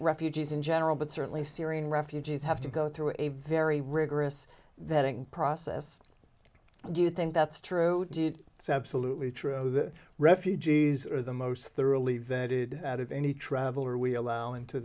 refugees in general but certainly syrian refugees have to go through a very rigorous that process do you think that's true so absolutely true that refugees are the most thoroughly vetted out of any traveler we allow into